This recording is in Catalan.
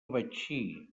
betxí